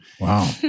Wow